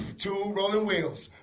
two rolling wheels